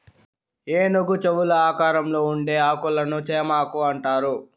ఏనుగు చెవుల ఆకారంలో ఉండే ఆకులను చేమాకు అంటారు